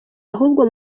ahubwo